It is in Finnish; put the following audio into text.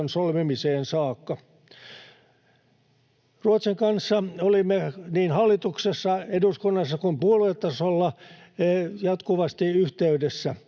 solmimiseen saakka. Ruotsin kanssa olimme niin hallituksessa, eduskunnassa kuin puoluetasolla jatkuvasti yhteydessä,